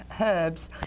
herbs